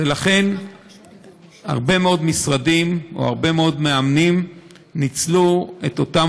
ולכן הרבה מאוד משרדים או הרבה מאוד מאמנים ניצלו את אותם